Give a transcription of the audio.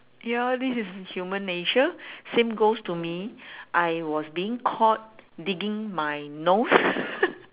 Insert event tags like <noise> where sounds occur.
ya this is human nature same goes to me I was being caught digging my nose <laughs>